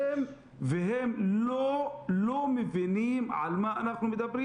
והם לא מבינים על מה אנחנו מדברים